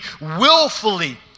willfully